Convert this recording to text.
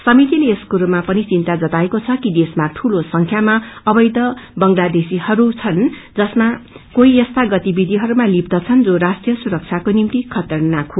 समितिले यस कुरोमा पनि चिन्ता जताएको छ कि देशमा दूलो संख्यामा अवैध बंगलादेशी बस्दैछन् जसमा कोही यस्ता गतिविधिहस्वमा लिप्त छन् जो राष्ट्रिय सुरक्षकोा निम्ति खतरानाक हो